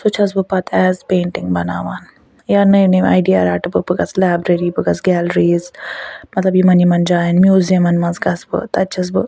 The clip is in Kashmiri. سُہ چھَس بہٕ پتہٕ ایز پینٹِنٛگ بناوان یا نٔے نٔے آیڈیا رَٹہٕ بہٕ بہٕ گژھہٕ لایبرٛیری بہٕ گژھہٕ گیلریٖز مطلب یِمَن یِمَن جایَن میٛوٗزیَمَن منٛز گژھہٕ بہٕ تَتہِ چھَس بہٕ